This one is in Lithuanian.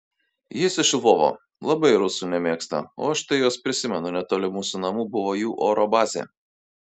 jis iš lvovo labai rusų nemėgsta o aš tai juos prisimenu netoli mūsų namų buvo jų oro bazė